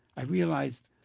i realized,